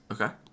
Okay